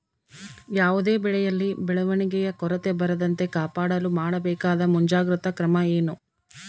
ಯಾವುದೇ ಬೆಳೆಯಲ್ಲಿ ಬೆಳವಣಿಗೆಯ ಕೊರತೆ ಬರದಂತೆ ಕಾಪಾಡಲು ಮಾಡಬೇಕಾದ ಮುಂಜಾಗ್ರತಾ ಕ್ರಮ ಏನು?